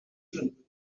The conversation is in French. les